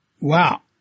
Wow